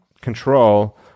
control